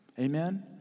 Amen